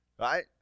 Right